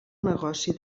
negoci